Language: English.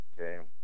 okay